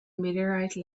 meteorite